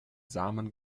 samen